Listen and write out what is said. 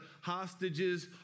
hostages